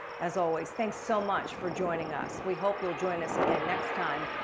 as always, thanks so much for joining us. we hope you'll join us again next time.